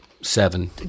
seven